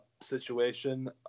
situation